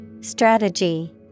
Strategy